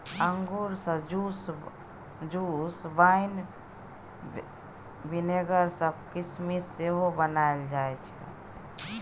अंगुर सँ juice, wine, vinegar आ किसमिस सेहो बनाएल जाइ छै